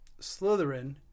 Slytherin